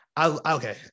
okay